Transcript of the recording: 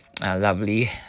lovely